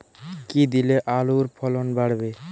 কী দিলে আলুর ফলন বাড়বে?